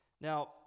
Now